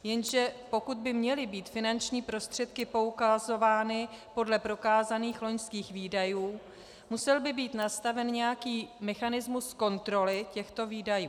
Jenže pokud by měly být finanční prostředky poukazovány podle prokázaných loňských výdajů, musel by být nastaven nějaký mechanismus kontroly těchto výdajů.